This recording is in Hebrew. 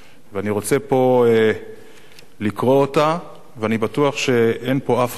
אני רוצה פה לקרוא אותה, ואני בטוח שאין פה חולק: